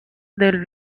del